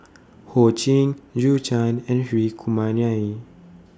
Ho Ching Zhou Can and Hri Kumar Nair